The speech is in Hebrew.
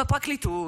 בפרקליטות,